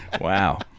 wow